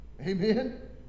Amen